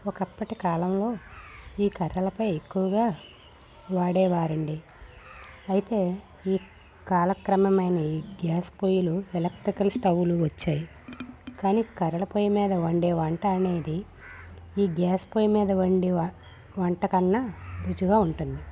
ఒకప్పటి కాలంలో ఈ కర్రలపై ఎక్కువగా వాడే వారండి అయితే ఈ కాలక్రమమైన ఈ గ్యాస్ పొయ్యిలు ఎలక్ట్రికల్ స్టవ్లు వచ్చాయి కానీ కర్రల పొయ్యి మీద వండే వంట అనేది ఈ గ్యాస్ పొయ్యి మీద వండే వంట కన్నా రుచిగా ఉంటుంది